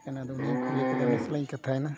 ᱠᱟᱱᱟ ᱟᱫᱚ ᱩᱱᱤᱧ ᱠᱩᱞᱤ ᱠᱮᱫᱮᱭᱟ ᱩᱱᱤ ᱥᱟᱞᱟᱜ ᱤᱧ ᱠᱟᱛᱷᱟᱭ ᱮᱱᱟ